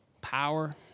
Power